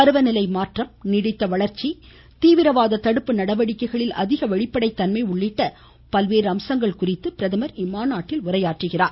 பருவநிலை மாற்றம் நீடித்த வளர்ச்சி தீவிரவாத தடுப்பு நடவடிக்கைகளில் அதிக வெளிப்படைத்தன்மை உள்ளிட்ட பல்வேறு அம்சங்கள் குறித்தும் பிரதமா் இந்த மாநாட்டில் உரையாற்றுகிறார்